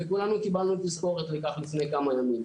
וכולנו קיבלנו תזכורת לכך לפני כמה ימים.